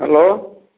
hello